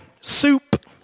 soup